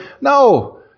No